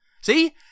See